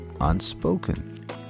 unspoken